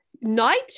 Night